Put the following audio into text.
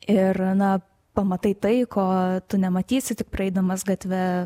ir na pamatai tai ko tu nematysi tik praeidamas gatve